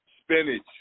spinach